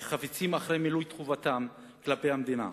שחפצים, אחרי מילוי חובתם כלפי המדינה,